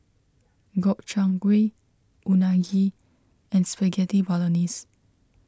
Gobchang Gui Unagi and Spaghetti Bolognese